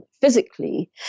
physically